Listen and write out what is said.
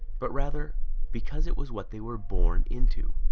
but rather because it was what they were born into